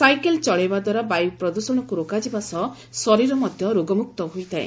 cycle ଚଳାଇବାଦ୍ୱାରା ବାୟୁ ପ୍ରଦୂଷଣକୁ ରୋକାଯିବା ସହ ଶରୀର ମଧ୍ଧ ରୋଗମୁକ୍ତ ହୋଇଥାଏ